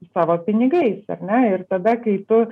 savo pinigais ar ne ir tada kai tu